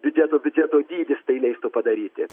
biudžeto biudžeto dydis tai leistų padaryti